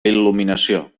il·luminació